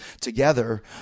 together